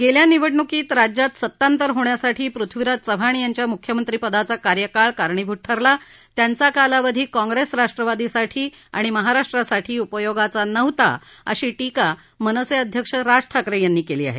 गेल्या निवडणुकीत राज्यात सत्तांतर होण्यासाठी पृथ्वीराज चव्हाण यांच्या मुख्यमंत्रीपदाचा कार्यकाळ कारणीभूत ठरला त्यांचा कालावधी काँप्रेस राष्ट्रवादीसाठी आणि महाराष्ट्रासाठी उपयोगाचा नव्हता अशी टीका मनसे अध्यक्ष राज ठाकरे यांनी केली आहे